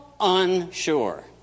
unsure